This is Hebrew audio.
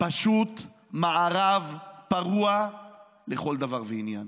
פשוט מערב פרוע לכל דבר ועניין.